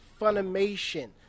Funimation